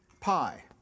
pi